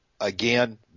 Again